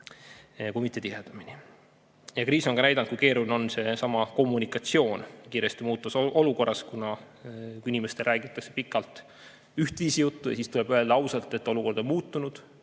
Kriis on ka näidanud, kui keeruline on kommunikatsioon kiiresti muutuvas olukorras. Kui inimestele räägitakse pikalt üht juttu ja siis tuleb öelda ausalt, et olukord on muutunud.